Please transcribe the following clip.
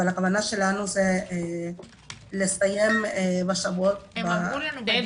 אבל הכוונה שלנו היא לסיים בשבועות --- יש